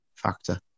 factor